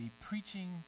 preaching